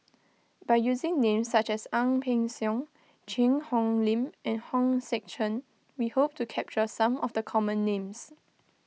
by using names such as Ang Peng Siong Cheang Hong Lim and Hong Sek Chern we hope to capture some of the common names